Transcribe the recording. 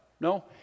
No